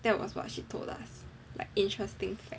that was what she told us like interesting fact